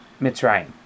Mitzrayim